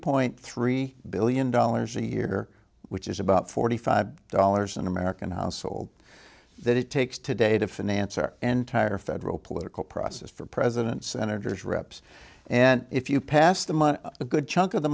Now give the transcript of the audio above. point three billion dollars a year which is about forty five dollars in american households that it takes today to finance our entire federal political process for president senators reps and if you pass them on a good chunk of the